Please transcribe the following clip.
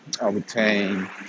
obtain